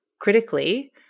critically